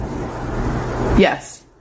Yes